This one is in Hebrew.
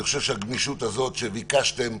אני חושב שהגמישות שביקשתם,